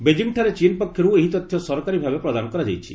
ବେଙ୍ଗିଠାରେ ଚୀନ୍ ପକ୍ଷରୁ ଏହି ତଥ୍ୟ ସରକାରୀ ଭାବେ ପ୍ରଦାନ କରାଯାଇଛି